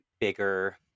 bigger